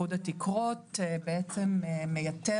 אין לזה שום מטרה.